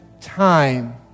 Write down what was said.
time